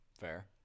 Fair